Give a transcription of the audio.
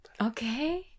Okay